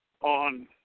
on